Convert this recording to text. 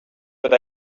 but